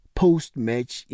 post-match